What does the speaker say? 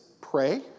pray